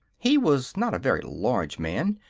he was not a very large man,